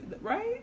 Right